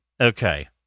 Okay